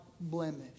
blemish